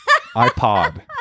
iPod